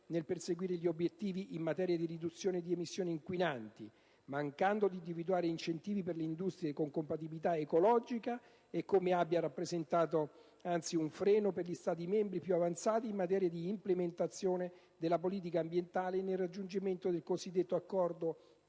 nel perseguire gli obiettivi in materia di riduzione delle emissioni inquinanti, mancando di individuare incentivi per le industrie con compatibilità ecologica, e come abbia rappresentato anzi un freno per gli Stati membri più avanzati in materia di implementazione della politica ambientale e nel raggiungimento del cosiddetto accordo